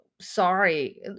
Sorry